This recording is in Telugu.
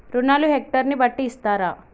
రుణాలు హెక్టర్ ని బట్టి ఇస్తారా?